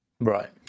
Right